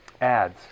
ads